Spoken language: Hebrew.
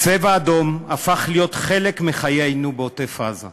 "צבע אדום" הפך להיות חלק מחיינו בעוטף-עזה,